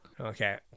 Okay